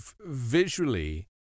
visually